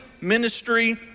ministry